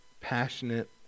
passionate